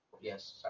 Yes